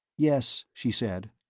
yes, she said,